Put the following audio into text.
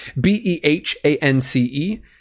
B-E-H-A-N-C-E